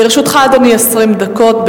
לרשותך, אדוני, 20 דקות.